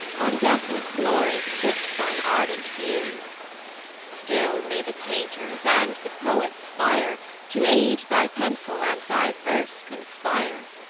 on deathless glories fix thine ardent view still may the painter's and the poet's fire to aid thy pencil, and thy verse conspire!